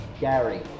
Gary